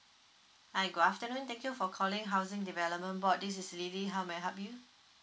hi good afternoon thank you for calling housing development board this is Lily how may I help you